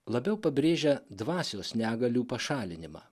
labiau pabrėžia dvasios negalių pašalinimą